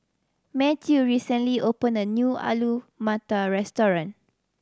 Mathew recently opened a new Alu Matar Restaurant